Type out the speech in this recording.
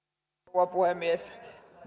rouva puhemies